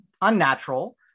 unnatural